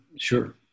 Sure